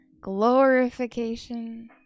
glorification